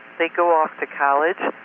they go off to college,